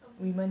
amazing